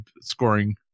scoring